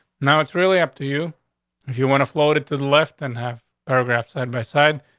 now it's really up to you if you want to float it to the left and have paragraphs at my side.